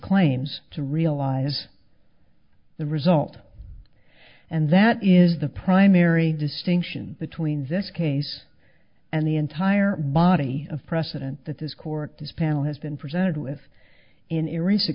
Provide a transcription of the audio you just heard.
claims to realize the result and that is the primary distinction between this case and the entire body of precedent that this court this panel has been presented with in ira